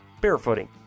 barefooting